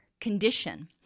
condition